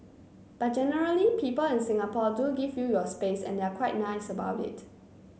but generally people in Singapore do give you your space and they're quite nice about it